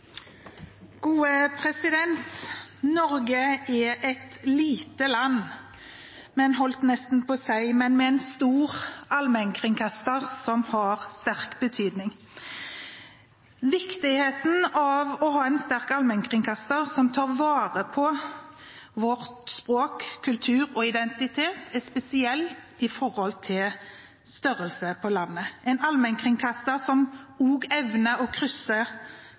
Norge er et lite land, men med en stor allmennkringkaster, som har sterk betydning. Viktigheten av å ha en sterk allmennkringkaster som tar vare på vårt språk, vår kultur og identitet, er spesiell med tanke på størrelsen på landet – en allmennkringkaster som også evner å krysse